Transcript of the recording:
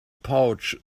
pouch